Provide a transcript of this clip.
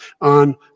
on